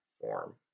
form